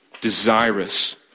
desirous